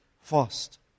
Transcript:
fast